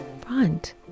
front